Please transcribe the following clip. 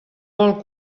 vol